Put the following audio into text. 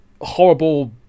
horrible